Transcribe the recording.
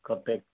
कतेक